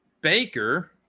Baker